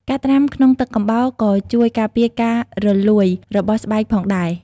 ការត្រាំក្នុងទឹកកំបោរក៏ជួយការពារការរលួយរបស់ស្បែកផងដែរ។